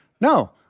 No